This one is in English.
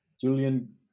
Julian